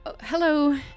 Hello